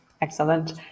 Excellent